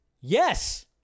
Yes